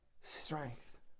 strength